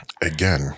again